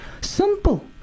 Simple